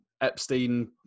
Epstein